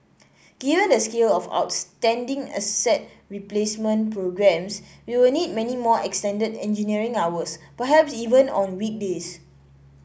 given the scale of outstanding asset replacement programmes we will need many more extended engineering hours perhaps even on weekdays